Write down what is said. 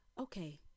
okay